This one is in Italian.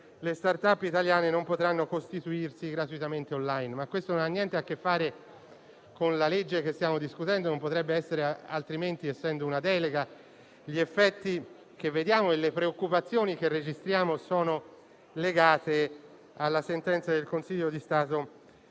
le *start-up* italiane non potranno costituirsi gratuitamente *online.* Ma questo non ha niente a che fare con il disegno di legge che stiamo discutendo e non potrebbe essere altrimenti, essendo una delega. Gli effetti che vediamo e le preoccupazioni che registriamo sono legati alla sentenza del Consiglio di Stato